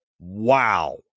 Wow